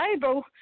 bible